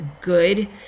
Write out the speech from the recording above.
good